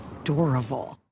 adorable